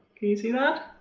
can you see that?